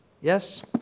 Yes